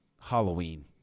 Halloween